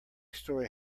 story